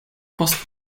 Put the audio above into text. post